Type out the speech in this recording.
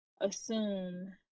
assume